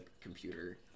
computer